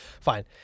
Fine